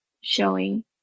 showing